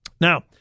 Now